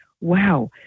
wow